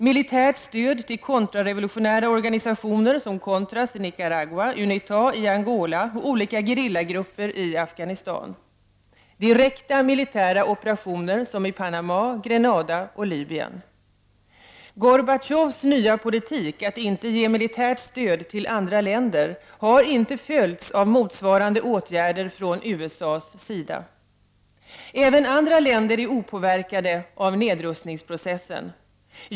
— Militärt stöd till kontrarevolutionära organisationer som Contras i Nicaragua, UNITA i Angola och olika gerillagrupper i Afghanistan. Gorbatjovs nya politik att inte ge militärt stöd till andra länder har inte följts av motsvarande åtgärder från USA:s sida. Även andra länder är opåverkade av nedrustningsprocessen.